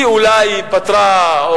היא אולי פתרה,